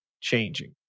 changing